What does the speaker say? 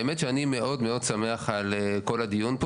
האמת שאני מאוד שמח על כל הדיון פה